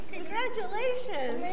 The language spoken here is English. Congratulations